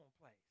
place